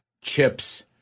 chips